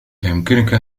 أيمكنك